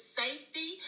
safety